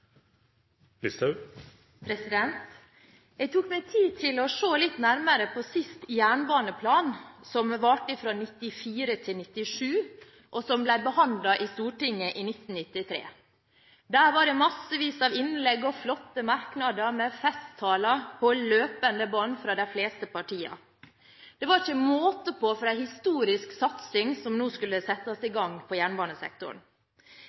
Jeg tok meg tid til å se litt nærmere på siste jernbaneplan, som varte fra 1994 til 1997, og som ble behandlet i Stortinget i 1993. Der var det massevis av innlegg, flotte merknader og festtaler på løpende bånd fra de fleste partiene. Det var ikke måte på for en historisk satsing som nå skulle settes i gang på jernbanesektoren.